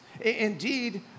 Indeed